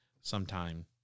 sometime